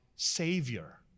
Savior